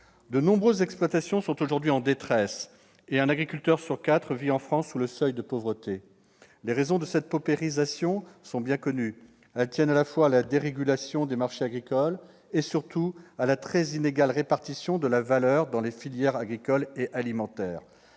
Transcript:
De nombreuses exploitations sont aujourd'hui en détresse, et un agriculteur sur quatre en France vit sous le seuil de pauvreté. Les raisons de cette paupérisation sont bien connues : elles tiennent à la fois à la dérégulation des marchés agricoles et, surtout, à la très inégale répartition de la valeur dans les filières agricoles et alimentaires.